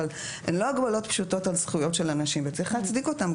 אבל הן לא הגבלות פשוטות על זכויות של אנשים וצריך להצדיק אותן.